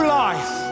life